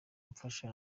umfasha